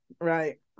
right